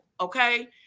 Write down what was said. okay